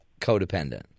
codependent